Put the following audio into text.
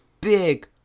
big